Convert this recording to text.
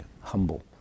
humble